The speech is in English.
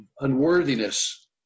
unworthiness